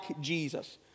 Jesus